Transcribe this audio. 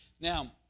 Now